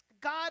God